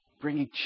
Bringing